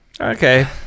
Okay